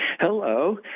Hello